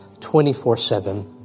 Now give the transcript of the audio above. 24-7